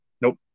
Nope